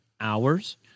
hours